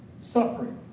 suffering